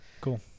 Cool